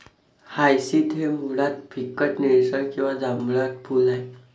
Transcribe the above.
hyacinth हे मुळात फिकट निळसर किंवा जांभळट फूल आहे